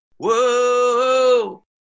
Whoa